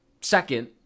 Second